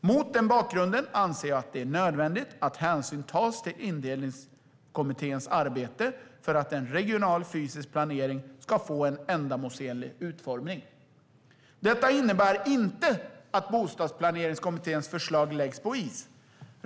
Mot den bakgrunden anser jag att det är nödvändigt att hänsyn tas till Indelningskommitténs arbete för att en regional fysisk planering ska få en ändamålsenlig utformning. Detta innebär inte att Bostadsplaneringskommitténs förslag läggs på is.